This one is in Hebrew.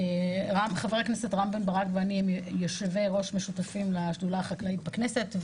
חה"כ רם בן ברק ואני הם יושבי ראש משותפים לשדולה החקלאית בכנסת,